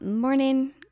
Morning